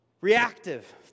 Reactive